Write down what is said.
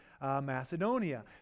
Macedonia